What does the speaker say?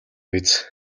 биз